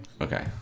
Okay